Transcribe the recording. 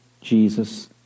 Jesus